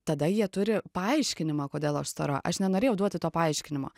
tada jie turi paaiškinimą kodėl aš stora aš nenorėjau duoti to paaiškinimo